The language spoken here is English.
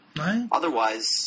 otherwise